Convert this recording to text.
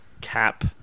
cap